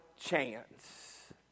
chance